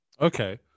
Okay